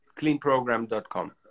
cleanprogram.com